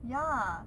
ya